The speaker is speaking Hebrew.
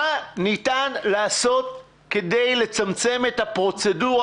מה ניתן לעשות כדי לצמצם את הפרוצדורה